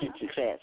success